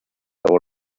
aber